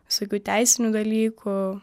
visokių teisinių dalykų